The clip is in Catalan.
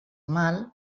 mal